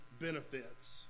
benefits